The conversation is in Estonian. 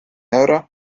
euro